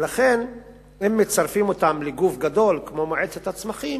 ולכן אם מצרפים אותה לגוף גדול, כמו מועצת הצמחים,